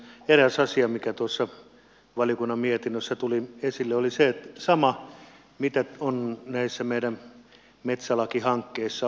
eräs asia joka tuossa valiokunnan mietinnössä tuli esille oli se sama mitä on näissä meidän metsälakihankkeissa ollut